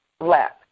left